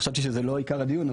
חשבתי שזה לא עיקר הדיון,